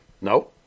No